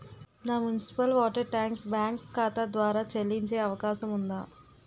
నా municipal water tax bank ఖాతా ద్వారా చెల్లించే అవకాశం ఉందా?